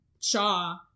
Shaw